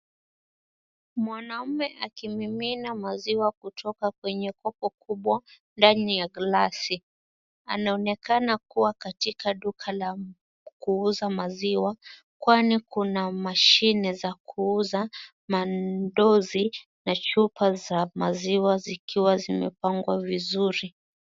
Mwanamume akimimina maziwa kutoka kwenye kobo kubwa ndani ya glasi, anaonekana kuwa katika duka la kuuza maziwa kwani kuna mashine za kuuza mandozi na chupa za maziwa zikiwa zimepangwa vizuri.